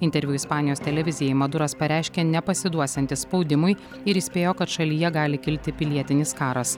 interviu ispanijos televizijai maduras pareiškė nepasiduosiantis spaudimui ir įspėjo kad šalyje gali kilti pilietinis karas